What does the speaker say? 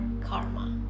karma